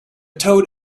toad